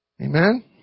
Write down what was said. Amen